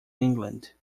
england